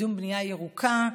לקידום בנייה ירוקה,